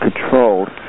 controlled